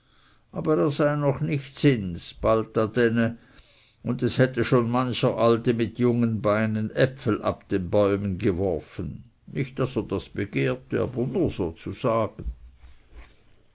aber er sei sich noch nicht sinns bald da dänne und es hätte schon mancher alte mit jungen beinen äpfel ab den bäumen geworfen nicht daß er das begehre aber nur so